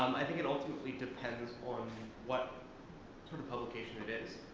i think it ultimately depends on what sort of publication it is.